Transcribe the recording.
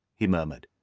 he murmured.